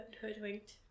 Hoodwinked